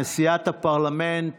נשיאת הפרלמנט